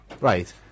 Right